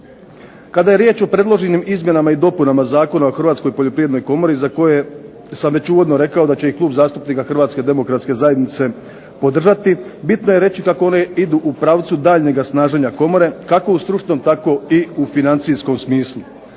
Kada je riječ o predloženim izmjenama i dopunama Zakona o Hrvatskoj poljoprivrednoj komori za koje sam već uvodno rekao da će Klub zastupnika Hrvatske demokratske zajednice podržati, bitno je reći kako one idu u pravcu daljnjega snaženja Komore kako u stručnom tako i u financijskom smislu.